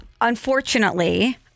unfortunately